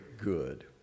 good